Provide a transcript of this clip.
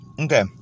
Okay